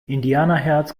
indianerherz